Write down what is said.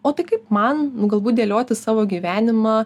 o tai kaip man galbūt dėlioti savo gyvenimą